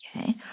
okay